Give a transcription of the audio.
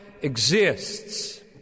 exists